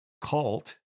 cult